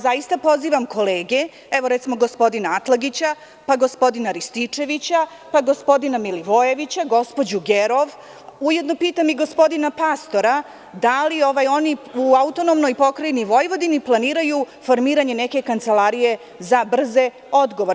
Zaista pozivam kolege, evo, recimo gospodina Atlagića, pa gospodina Rističevića, pa gospodina Milivojevića, gospođu Gerov, a ujedno pitam i gospodina Pastora – da li oni u AP Vojvodini planiraju formiranje neke kancelarije za brze odgovore?